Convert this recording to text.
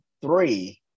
three